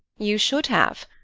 you should have.